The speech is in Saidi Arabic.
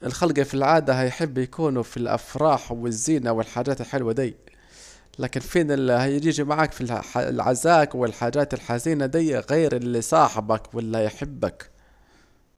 الخلج في العادة هيحبوا يكونوا في الأفراح والزينة والحاجات الحلوه دي، لكن فين الي هيجي معاك في عزاك والحاجات الحزينة ديه غير الي صاحبك والي هيحبك